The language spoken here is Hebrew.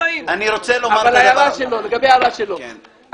לגבי ההערה שלו,